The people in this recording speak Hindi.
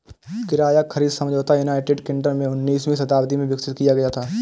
किराया खरीद समझौता यूनाइटेड किंगडम में उन्नीसवीं शताब्दी में विकसित किया गया था